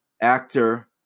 actor